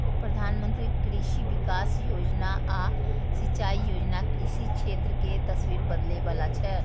प्रधानमंत्री कृषि विकास योजना आ सिंचाई योजना कृषि क्षेत्र के तस्वीर बदलै बला छै